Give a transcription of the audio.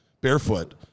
barefoot